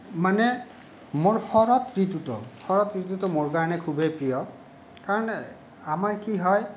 মানে মোৰ শৰত ঋতুটো শৰত ঋতুটো মোৰ কাৰণেই খুবেই প্ৰিয় কাৰণ আমাৰ কি হয়